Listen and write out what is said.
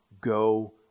go